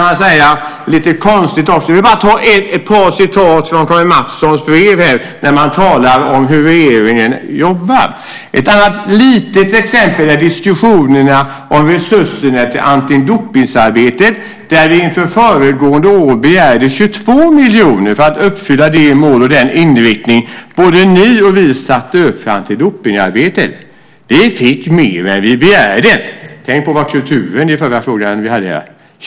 Jag ska återge ett par saker från Karin Mattssons brev där man talar om hur regeringen jobbar. Ett annat litet exempel är diskussionerna om resurserna till antidopningsarbetet där vi inför föregående år begärde 22 miljoner för att uppfylla de mål och den inriktning som både ni och vi satt upp för antidopningsarbetet. Vi fick mer än vad vi begärde.